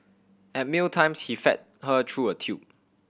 at meal times he fed her through a tube